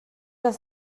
les